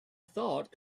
thought